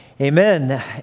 Amen